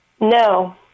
No